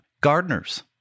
gardeners